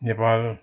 Nepal